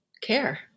care